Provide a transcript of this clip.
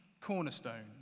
cornerstone